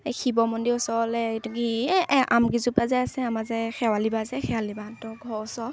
এই শিৱ মন্দিৰৰ ওচৰলৈ এইটো কি এই আমকেইযোপা যে আছে আমাৰ যে শেৱালী বা যে শেৱালীবাহঁতৰ ঘৰৰ ওচৰৰ